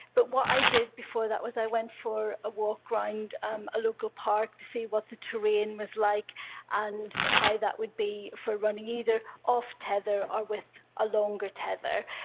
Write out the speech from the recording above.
but what i did before that was i went for a walk around um a local park to see what the terrain was like and how that would be for running, either off tether or with a longer tether,